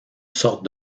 sorte